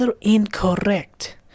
incorrect